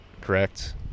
correct